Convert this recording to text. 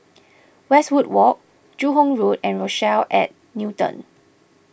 Westwood Walk Joo Hong Road and Rochelle at Newton